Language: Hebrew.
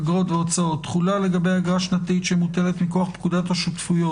אגרות והוצאות (תחולה לגבי אגרה שנתית שמוטלת מכוח פקודת השותפויות